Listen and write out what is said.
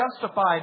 justified